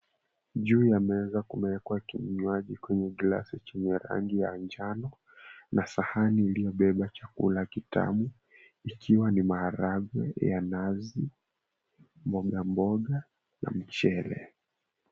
Juu ya meza kumewekwa kinywaji kwenye glass chenye rangi ya anjano na sahani iliyobeba chakula kitamu ikiwa ni maharagwe ya nazi na mboga mboga.